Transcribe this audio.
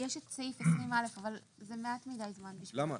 סעיף 20א אבל לא נותר לנו הרבה זמן כדי לדון בו.